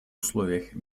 условиях